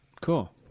Cool